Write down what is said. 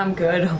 um good.